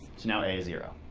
so now a zero.